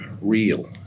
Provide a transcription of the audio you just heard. real